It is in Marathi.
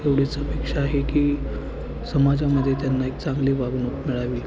एवढीच अपेक्षा आहे की समाजामध्ये त्यांना एक चांगली वागणूक मिळावी